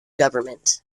government